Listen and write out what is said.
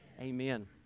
Amen